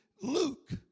Luke